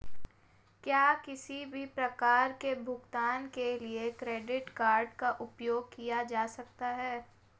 क्या किसी भी प्रकार के भुगतान के लिए क्रेडिट कार्ड का उपयोग किया जा सकता है?